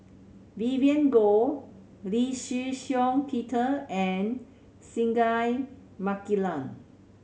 Vivien Goh Lee Shih Shiong Peter and Singai Mukilan